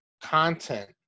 content